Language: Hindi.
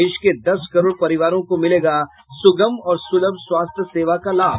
देश के दस करोड़ परिवारों को मिलेगा सुगम और सुलभ स्वास्थ्य सेवा का लाभ